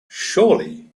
surely